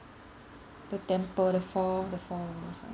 the temple the four the four something